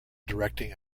directing